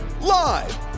Live